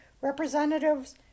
representatives